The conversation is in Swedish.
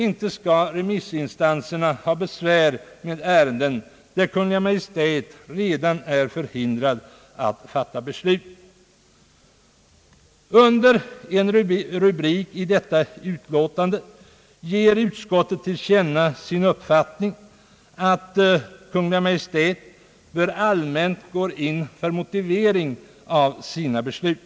Inte skall remissinstanserna ha besvär med ärenden där Kungl. Maj:t redan är förhindrad att fatta beslut. Under en rubrik i detta utlåtande ger utskottet till känna sin uppfattning att Kungl. Maj:t allmänt sett bör gå in för att motivera sina beslut.